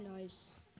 nice